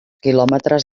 quilòmetres